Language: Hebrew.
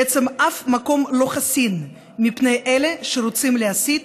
בעצם שום מקום לא חסין מפני אלה שרוצים להסית,